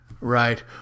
Right